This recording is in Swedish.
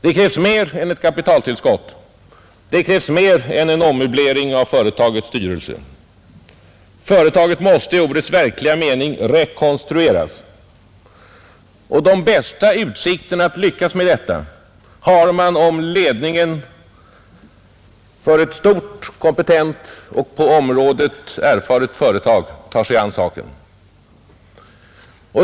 Det krävs mer än ett kapitaltillskott, Det krävs mer än en ommöblering av företagets styrelse. Företaget måste i ordets verkliga mening rekonstrueras, De bästa utsikterna att lyckas med detta har man om ledningen för ett stort, kompetent och på området erfaret företag tar sig an saken.